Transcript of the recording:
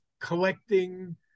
collecting